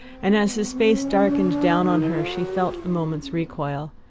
and as his face darkened down on her she felt a moment's recoil.